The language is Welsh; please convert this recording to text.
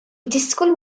disgwyl